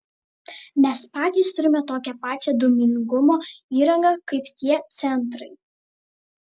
mes patys turime tokią pačią dūmingumo įrangą kaip tie centrai